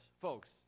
folks